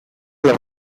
las